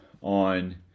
on